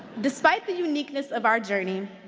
despite the uniqueness of our journey,